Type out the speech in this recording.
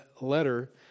letter